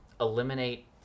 eliminate